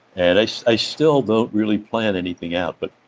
and i so i still don't really plan anything out. but,